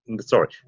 Sorry